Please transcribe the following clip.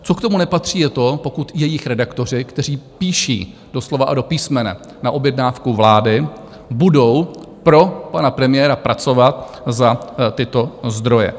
Co k tomu nepatří, je to, pokud jejich redaktoři, kteří píší doslova a do písmene na objednávku vlády, budou pro pana premiéra pracovat za tyto zdroje.